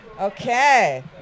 Okay